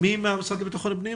נציג המשרד לביטחון פנים,